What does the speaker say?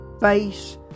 bass